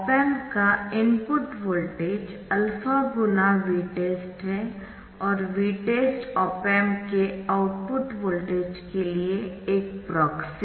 op amp का input voltage α × Vtest है और Vtest ऑप एम्प के आउटपुट वोल्टेज के लिए एक प्रॉक्सिक है